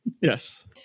Yes